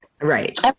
right